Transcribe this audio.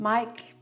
Mike